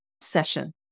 session